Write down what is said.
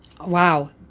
wow